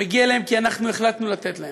שמגיע להם כי אנחנו החלטנו לתת להם,